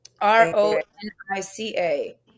R-O-N-I-C-A